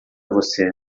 você